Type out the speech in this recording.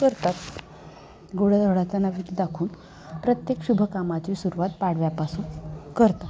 करतात गोडधोडाचा नैवेद्य दाखवून प्रत्येक शुभकामाची सुरुवात पाडव्यापासून करतात